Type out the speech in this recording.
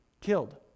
killed